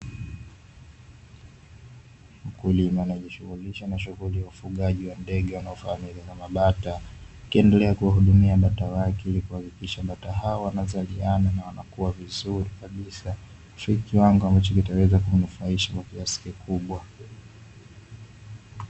Mkulima anayejishughulisha na shughuli ya ufugaji wa ndege, wanaofahamika kama bata, akiendelea kuwahudumia bata wake ili kuhakikisha bata hawa wanazaliana na wanakua vizuri kabisa katika kiwango ambacho kitaweza kumfaidisha kwa kiwango kubwa.